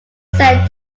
said